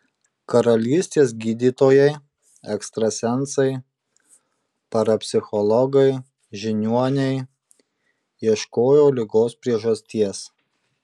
karalystės gydytojai ekstrasensai parapsichologai žiniuoniai ieškojo ligos priežasties